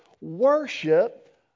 worship